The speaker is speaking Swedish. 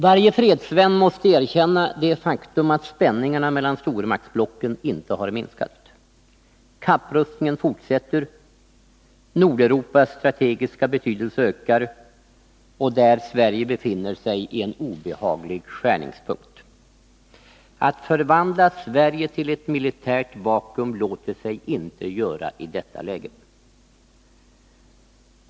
Varje fredsvän måste erkänna det faktum att spänningarna mellan stormaktsblocken inte har minskat. Kapprustningen fortsätter, Nordeuropas strategiska betydelse ökar, och där befinner sig Sverige i en obehaglig skärningspunkt. Att förvandla Sverige till ett militärt vakuum låter sig inte göras i detta läge.